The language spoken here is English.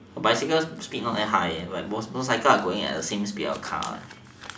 bicycle speed not that high motorcycle are going same speed of a car